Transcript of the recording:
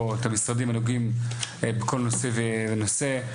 את המשרדים הנוגעים בכל נושא ונושא.